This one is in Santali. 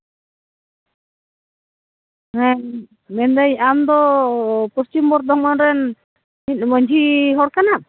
ᱦᱮᱸ ᱢᱮᱱᱫᱟᱹᱧ ᱟᱢ ᱫᱚ ᱯᱚᱥᱪᱷᱤᱢ ᱵᱚᱨᱫᱷᱚᱢᱟᱱ ᱨᱮᱱ ᱢᱤᱫ ᱢᱟᱺᱡᱷᱤ ᱦᱚᱲ ᱠᱟᱱᱟᱢ